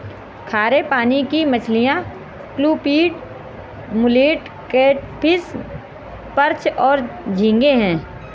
खारे पानी की मछलियाँ क्लूपीड, मुलेट, कैटफ़िश, पर्च और झींगे हैं